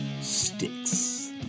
Sticks